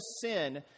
sin